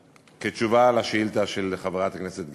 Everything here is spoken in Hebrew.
תשובה על השאילתה של חברת הכנסת גרמן: